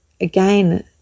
again